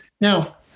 now